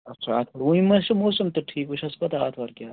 اچھا آتھوار وُںہِ ما حظ چھُ موٗسم تہِ ٹھیٖک وۅنۍ چھِ حظ پَتاہ آتھوار کیٛاہ آسہِ